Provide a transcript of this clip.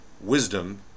wisdom